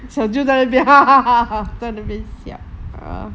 小舅在那边哈哈哈哈在那边笑